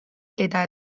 eta